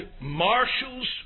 marshals